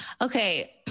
okay